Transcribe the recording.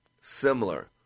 similar